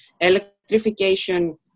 electrification